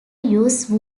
use